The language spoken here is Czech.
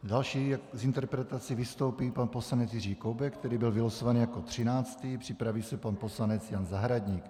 Další s interpelací vystoupí pan poslanec Jiří Koubek, který byl vylosovaný jako třináctý, připraví se pan poslanec Jan Zahradník.